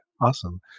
awesome